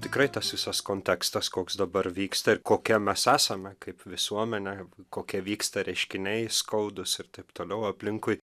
tikrai tas visas kontekstas koks dabar vyksta ir kokia mes esame kaip visuomenė kokie vyksta reiškiniai skaudūs ir taip toliau aplinkui